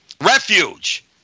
Refuge